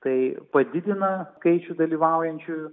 tai padidina skaičių dalyvaujančių